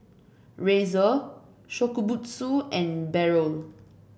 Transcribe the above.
Razer Shokubutsu and Barrel